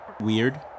weird